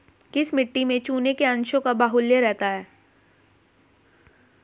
किस मिट्टी में चूने के अंशों का बाहुल्य रहता है?